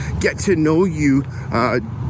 get-to-know-you